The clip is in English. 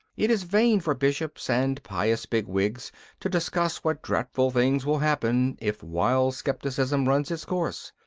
it is vain for bishops and pious bigwigs to discuss what dreadful things will happen if wild scepticism runs its course.